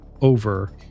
over